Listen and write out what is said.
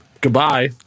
Goodbye